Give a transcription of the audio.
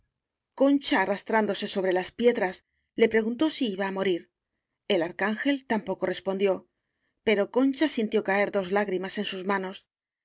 concha arrastrándose sobre las piedras le preguntó si iba á morir el arcángel tampo co respondió pero concha sintió caer dos lá grimas en sus manos